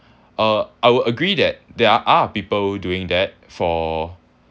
uh I would agree that there are people doing that for